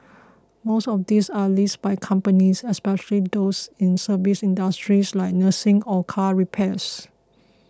most of these are leased by companies especially those in service industries like nursing or car repairs